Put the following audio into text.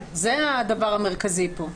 זה הדבר המרכזי כאן.